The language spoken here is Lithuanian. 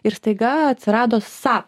ir staiga atsirado sap